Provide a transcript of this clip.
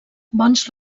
bons